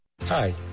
Hi